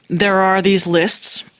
there are these lists,